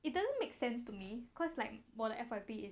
it doesn't make sense to me cause like more 我的 F_Y_P is